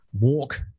walk